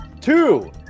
two